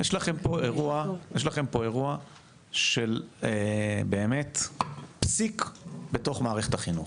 יש לכם פה אירוע של באמת פסיק בתוך מערכת החינוך,